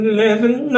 living